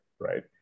right